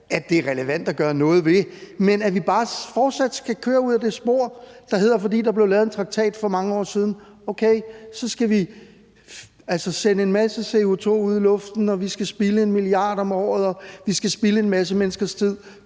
at det er relevant at gøre noget ved det, men at vi bare fortsat skal køre ud ad det spor, der handler om, at vi, fordi der for mange år siden blev lavet en traktat, så skal sende en masse CO2 ud i luften, og vi skal spilde 1 mia. kr. om året, og vi skal spilde en masse menneskers tid